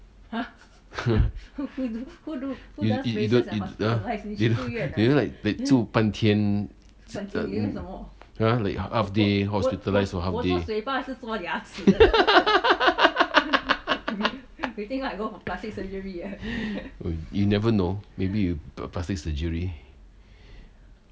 you you you you know uh you know like they 住半天 !huh! like half day hospitalise to half day uh you never know maybe you plastic surgery